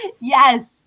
Yes